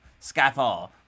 Skyfall